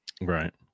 right